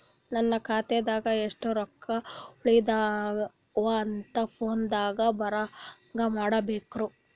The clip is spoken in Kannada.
ನನ್ನ ಖಾತಾದಾಗ ಎಷ್ಟ ರೊಕ್ಕ ಉಳದಾವ ಅಂತ ಫೋನ ದಾಗ ಬರಂಗ ಮಾಡ ಬೇಕ್ರಾ?